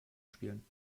spielen